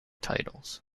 titles